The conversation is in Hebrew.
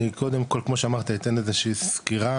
אני קודם כל כמו שאמרת אתן איזושהי סקירה,